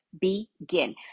begin